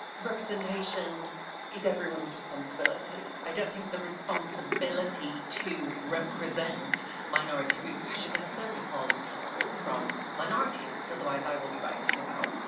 representation is everyone's responsibility. i don't think the responsibility to represent minority groups should necessarily fall on people from minorities, cause otherwise, i will be writing about